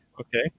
Okay